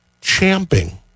champing